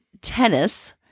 tennis